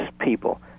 people